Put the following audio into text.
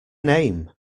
name